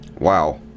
Wow